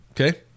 Okay